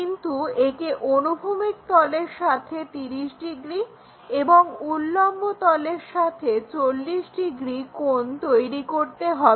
কিন্তু একে অনুভূমিক তলের সাথে 30 ডিগ্রি এবং উল্লম্ব তলের সাথে 40 ডিগ্রি কোণ তৈরি করতে হবে